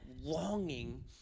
longing